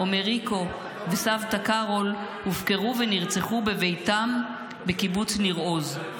עומריקו וסבתא קרול הופקרו ונרצחו בביתם בקיבוץ ניר עוז.